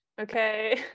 Okay